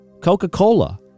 Coca-Cola